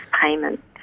payment